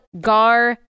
Gar